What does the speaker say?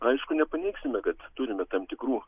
aišku nepaneigsime kad turime tam tikrų